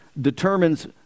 determines